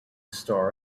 star